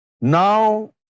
Now